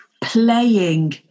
playing